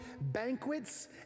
banquets